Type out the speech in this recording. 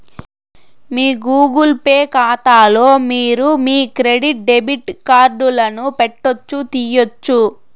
మీ Google Pay కాతాలో మీరు మీ క్రెడిట్ డెబిట్ కార్డులను పెట్టొచ్చు, తీయొచ్చు